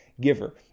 giver